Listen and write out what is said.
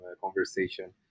conversation